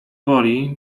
woli